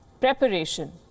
Preparation